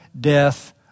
death